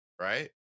right